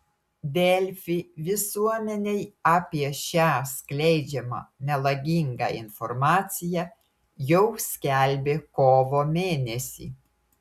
delfi visuomenei apie šią skleidžiamą melagingą informaciją jau skelbė kovo mėnesį